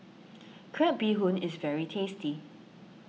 Crab Bee Hoon is very tasty